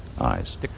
eyes